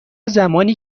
زمانی